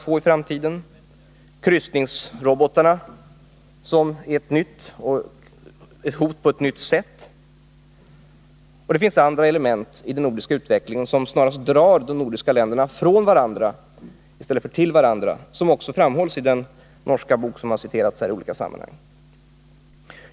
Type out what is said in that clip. Vi har också kryssningsrobotarna, som är ett hot på ett nytt sätt. Det finns även andra element i den nordiska utvecklingen som snarare drar de nordiska länderna från varandra än till varandra, vilket också framhålls i den norska bok som här har citerats.